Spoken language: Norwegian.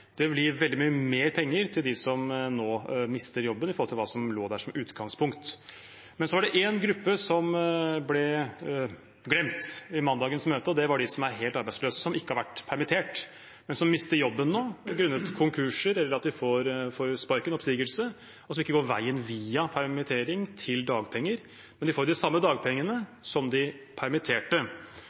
Det vil gi veldig mye mer penger til dem som nå mister jobben, i forhold til det som lå der i utgangspunktet. Men så var det en gruppe som ble glemt i mandagens møte, og det er de som er helt arbeidsløse – som ikke har vært permittert, men som mister jobben nå grunnet konkurser, eller at de får sparken ved oppsigelse, og som ikke går veien via permittering til dagpenger. De får de samme dagpengene som de permitterte.